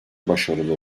başarılı